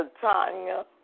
Tanya